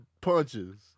punches